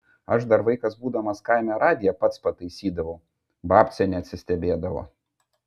aš dar vaikas būdamas kaime radiją pats pataisydavau babcė neatsistebėdavo